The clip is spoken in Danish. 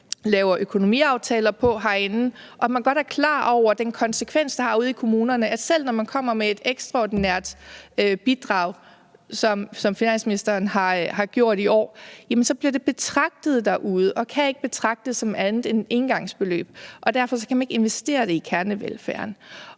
laver økonomiaftaler på herinde, og at man godt er klar over den konsekvens, det har ude i kommunerne, altså at selv når man kommer med et ekstraordinært bidrag, som finansministeren har gjort i år, så bliver det betragtet og kan ikke betragtes som andet derude end et engangsbeløb, og derfor kan det ikke investeres i kernevelfærden.